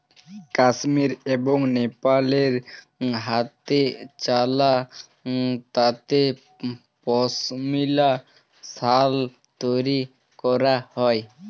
কাশ্মীর এবং লেপালে হাতেচালা তাঁতে পশমিলা সাল তৈরি ক্যরা হ্যয়